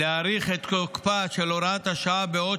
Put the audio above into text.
להאריך את תוקפה של הוראת השעה בעוד